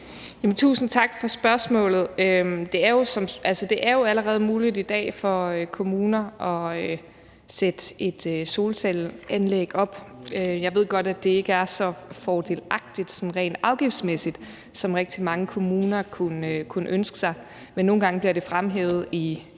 Tusind tak for spørgsmålet. Det er jo allerede muligt i dag for kommuner at sætte et solcelleanlæg op. Jeg ved godt, at det ikke er så fordelagtigt sådan rent afgiftsmæssig, som rigtig mange kommuner kunne ønske sig. Men nogle gange bliver det fremhævet i